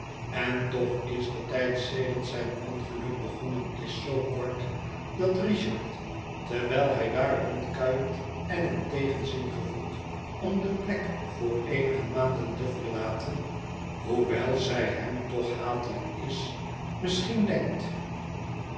en toch is de tijd sedert zijn ongeluk begonnen is zoo kort dat richard terwijl hij daar röndkuiert en een tegenzin gevoelt om de plek voor eenige maanden te verlaten hoewel zij hem toch hatelijk is misschien denkt